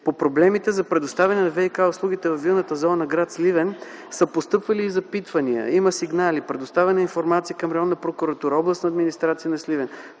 По проблемите за предоставяне на ВиК-услугите във Вилната зона на гр. Сливен са постъпвали и запитвания, има и сигнали, предоставена е информация към Районната прокуратура, Областната администрация на Сливен,